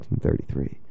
1933